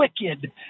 wicked